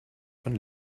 von